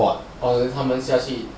所以他们下去